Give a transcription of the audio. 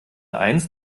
eins